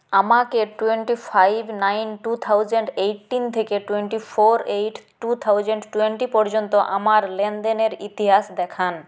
আমাকে twenty five nine two thousand eighteen থেকে twenty four eight two thousand twenty পর্যন্ত আমার লেনদেনের ইতিহাস দেখান